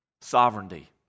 Sovereignty